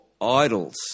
idols